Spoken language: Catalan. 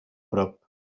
prop